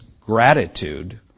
gratitude